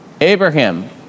Abraham